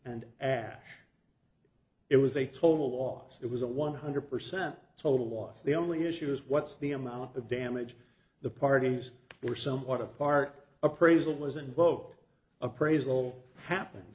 and ash it was a total loss it was a one hundred percent total loss the only issue is what's the amount of damage the parties were somewhat apart appraisal was in book appraisal happen